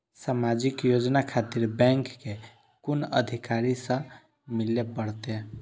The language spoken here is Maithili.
समाजिक योजना खातिर बैंक के कुन अधिकारी स मिले परतें?